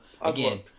again